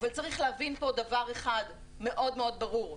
אבל צריך להבין פה דבר אחד מאוד מאוד ברור,